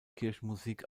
kirchenmusik